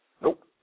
Nope